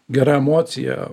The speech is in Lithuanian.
gera emocija